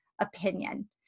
opinion